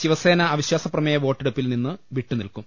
ശിവസേന അവിശ്വാസ പ്രമേയ വോട്ടെടുപ്പിൽ നിന്ന് വിട്ടു നിൽക്കും